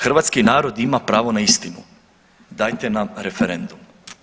Hrvatski narod ima pravo na istinu, dajte nam referendum.